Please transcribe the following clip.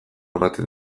ematen